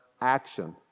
action